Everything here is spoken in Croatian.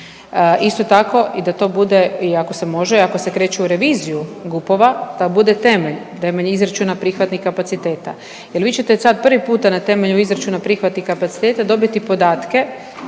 Isto tako i da to bude i ako se može i ako se kreće u reviziju GUP-ova da bude temelj, temelj izračuna prihvatnih kapaciteta. Jel vi ćete sad prvi puta na temelju izračuna prihvatnih kapaciteta dobiti podatke